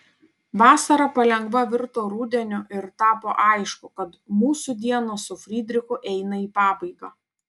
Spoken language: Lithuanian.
vasara palengva virto rudeniu ir tapo aišku kad mūsų dienos su fridrichu eina į pabaigą